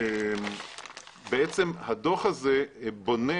הדוח הזה בונה